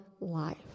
life